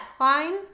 line